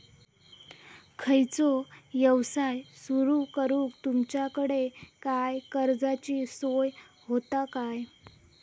खयचो यवसाय सुरू करूक तुमच्याकडे काय कर्जाची सोय होता काय?